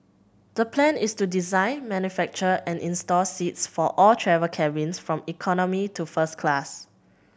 the plan is to design manufacture and install seats for all travel cabins from economy to first class